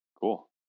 cool